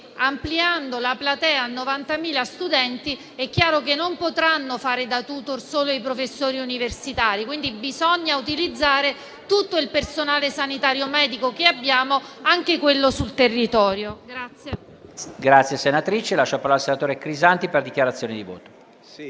ampliando la platea a 90.000 studenti, è chiaro che non potranno fare da *tutor* solo i professori universitari, quindi bisogna utilizzare tutto il personale sanitario e medico a disposizione, anche quello sul territorio.